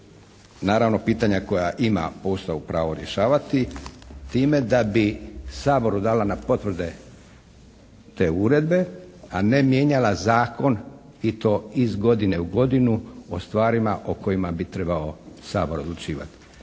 Naravno pitanja koja po Ustavu ima pravo rješavati time da bi Saboru dala na potvrde te uredbe a ne mijenjala zakona i to iz godine u godinu o stvarima o kojima bi trebao Sabor odlučivati.